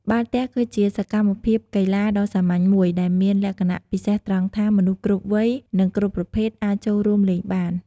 បាល់ទះគឺជាសកម្មភាពកីឡាដ៏សាមញ្ញមួយដែលមានលក្ខណៈពិសេសត្រង់ថា មនុស្សគ្រប់វ័យ និងគ្រប់ភេទអាចចូលរួមលេងបាន។